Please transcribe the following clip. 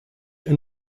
and